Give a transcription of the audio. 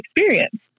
experience